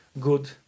good